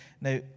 Now